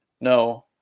no